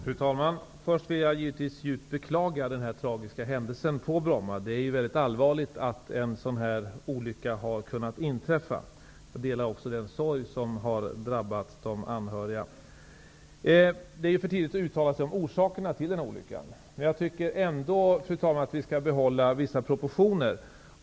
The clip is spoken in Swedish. Fru talman! Först vill jag givetvis djupt beklaga den här tragiska händelsen på Bromma. Det är mycket allvarligt att en sådan här olycka har kunnat inträffa. Jag delar också den sorg som har drabbat de anhöriga. Det är nu för tidigt att uttala sig om orsakerna till olyckan. Ändå tycker jag, fru talman, att vi skall behålla vissa proportioner.